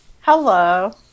Hello